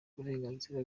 uburenganzira